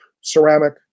ceramic